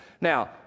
Now